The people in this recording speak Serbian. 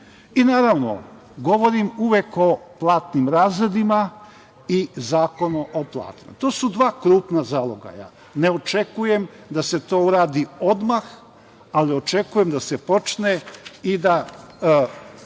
naravno govorim uvek o platnim razredima i Zakonu o platama. To su dva krupna zalogaja. Ne očekujem da se to uradi odmah, ali očekujem da se počne i da